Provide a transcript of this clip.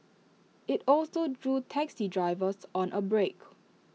IT also drew taxi drivers on A break